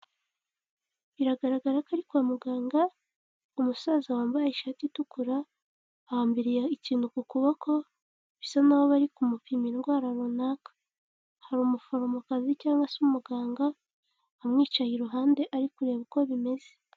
Biragaragara ko ari kwa muganga, umusaza wambaye ishati itukura ahambiriye ikintu ku kuboko, bisa n'aho bari kumupima indwara runaka, hari umuforomokazi cyangwa se umuganga amwicaye iruhande ari kureba uko bimeze.